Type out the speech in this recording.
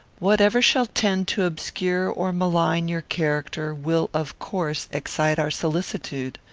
whatever shall tend to obscure or malign your character will of course excite our solicitude.